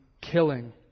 Killing